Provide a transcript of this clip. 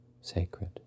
sacred